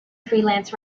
freelance